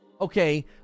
Okay